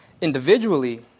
Individually